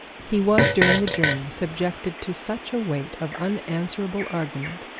he was, during the journey, subjected to such a weight of unanswerable argument,